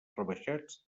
rebaixats